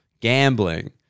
gambling